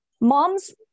Mom's